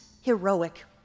heroic